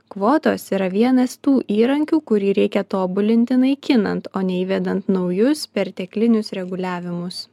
kvotos yra vienas tų įrankių kurį reikia tobulinti naikinant o ne įvedant naujus perteklinius reguliavimus